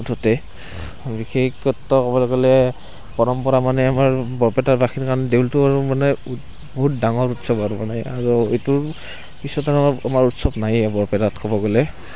মুঠতে বিশেষত্ব ক'বলৈ গ'লে পৰম্পৰা মানে আমাৰ বৰপেটাৰ দেউলটো মানে বহুত ডাঙৰ উৎসৱ আৰু মানে আৰু এইটো কিছু তেনেকুৱা আমাৰ উৎসৱ নায়েই বৰপেটাত ক'বলৈ গ'লে